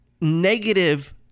negative